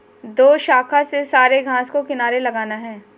दोशाखा से सारे घास को किनारे लगाना है